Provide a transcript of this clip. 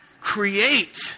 create